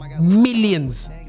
millions